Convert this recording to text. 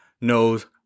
knows